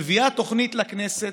מביאה תוכנית לכנסת,